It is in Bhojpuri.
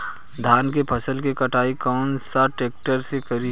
धान के फसल के कटाई कौन सा ट्रैक्टर से करी?